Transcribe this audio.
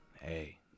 hey